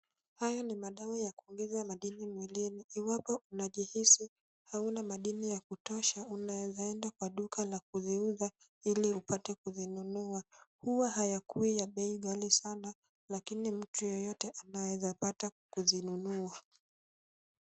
Haya ni madawa ya kuongeza madini mwilini iwapo unajihisi hauna madini ya kutosha unaweza enda kwa duka la kuziuza ili upate kuzinunua. Huwa hayakui ya bei ghali sana lakini mtu yeyote anaweza pata kuzinunua.